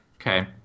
okay